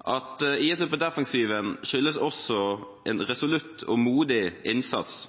At IS er på defensiven skyldes også en resolutt og modig innsats